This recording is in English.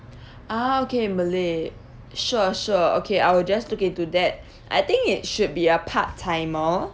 ah okay malay sure sure okay I will just look into that I think it should be a part timer